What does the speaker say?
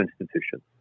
institutions